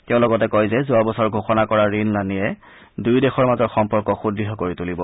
তেওঁ লগতে কয় যে যোৱা বছৰ ঘোষণা কৰা ঋণলানিয়ে দুয়ো দেশৰ মাজৰ সম্পৰ্ক সুদঢ় কৰি তুলিব